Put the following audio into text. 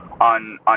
on